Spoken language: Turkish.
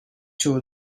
çoğu